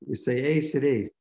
jisai eis ir eis